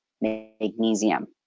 magnesium